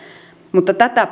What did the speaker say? mutta tätä